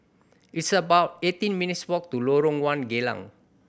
it's about eighteen minutes' walk to Lorong One Geylang